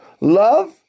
Love